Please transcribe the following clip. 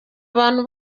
abantu